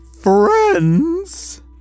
Friends